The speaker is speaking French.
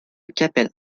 capelle